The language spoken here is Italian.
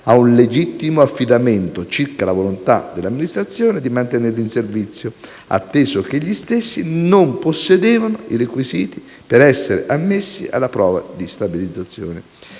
a un legittimo affidamento circa la volontà dell'amministrazione di mantenerli in servizio, atteso che gli stessi non possedevano i requisiti per essere ammessi alla procedura di stabilizzazione.